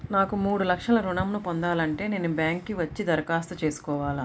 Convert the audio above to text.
నాకు మూడు లక్షలు ఋణం ను పొందాలంటే నేను బ్యాంక్కి వచ్చి దరఖాస్తు చేసుకోవాలా?